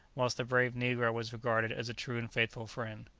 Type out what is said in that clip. whilst the brave negro was regarded as a true and faithful friend.